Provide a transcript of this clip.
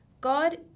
God